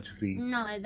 No